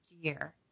year